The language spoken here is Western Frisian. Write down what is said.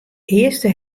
earste